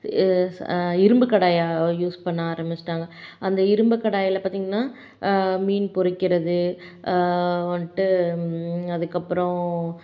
ace இரும்புக் கடாயை use பண்ண ஆரமிச்சிட்டாங்கள் அந்த இரும்புக் கடாய்ல பார்த்தீங்கன்னா மீன் பொறிக்கிறது வந்துட்டு அதுக்கப்புறம்